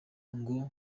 ngo